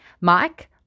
Mike